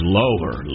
lower